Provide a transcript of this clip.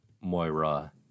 Moira